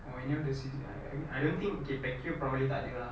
or any of the C_Cs I I I don't think okay back here probably tak ada uh